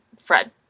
Fred